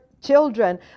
children